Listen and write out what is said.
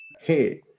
Hey